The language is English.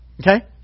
Okay